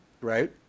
right